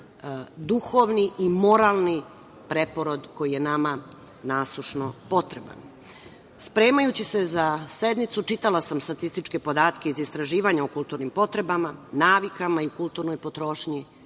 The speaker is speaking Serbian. duhovni i moralni preporod koji je nama nasušno potreban. Spremajući se za sednicu, čitala sam statističke podatke iz istraživanja o kulturnim potrebama, navikama i kulturnoj potrošnji